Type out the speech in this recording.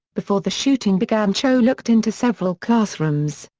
before the shooting began cho looked into several classrooms.